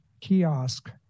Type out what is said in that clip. kiosk